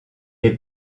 est